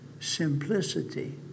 simplicity